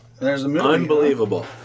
unbelievable